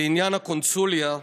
לעניין הקונסוליה,